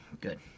good